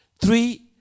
Three